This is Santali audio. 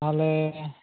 ᱛᱟᱦᱚᱞᱮ